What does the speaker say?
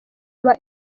aba